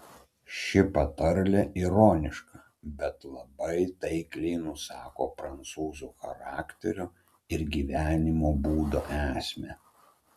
ši patarlė ironiška bet labai taikliai nusako prancūzų charakterio ir gyvenimo būdo esmę